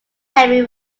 heavy